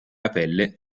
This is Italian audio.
apelle